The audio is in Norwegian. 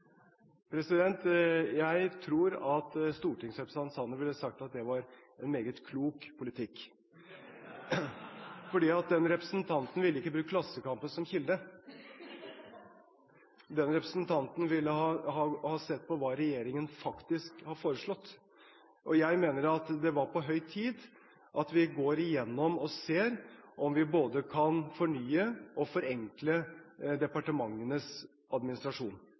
ville sagt at det var en meget klok politikk, for den representanten ville ikke ha brukt Klassekampen som kilde. Den representanten ville ha sett på hva regjeringen faktisk har foreslått. Jeg mener at det er på høy tid at vi går igjennom og ser på om vi både kan fornye og forenkle departementenes administrasjon.